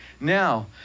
now